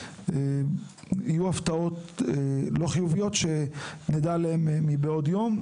יהיו הפתעות לא חיוביות שנדע עליהן מבעוד יום.